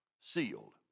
Sealed